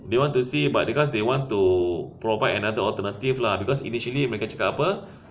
they want to see but because they want to provide another alternative lah because initially mereka cakap apa